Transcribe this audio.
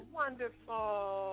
wonderful